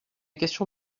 question